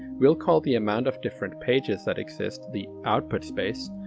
we'll call the amount of different pages that exist the output space,